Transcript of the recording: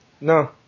No